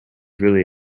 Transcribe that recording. really